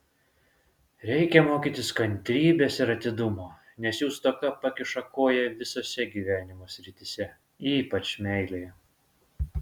reikia mokytis kantrybės ir atidumo nes jų stoka pakiša koją visose gyvenimo srityse ypač meilėje